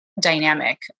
dynamic